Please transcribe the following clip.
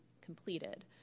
completed